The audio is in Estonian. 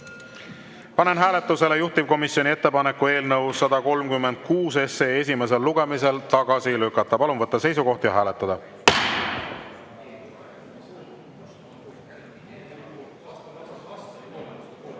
panen hääletusele juhtivkomisjoni ettepaneku eelnõu 137 esimesel lugemisel tagasi lükata. Palun võtta seisukoht ja hääletada!